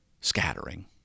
scattering